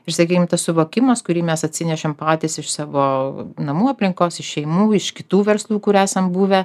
ir sakykim tas suvokimas kurį mes atsinešėm patys iš savo namų aplinkos iš šeimų iš kitų verslų kur esam buvę